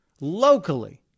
locally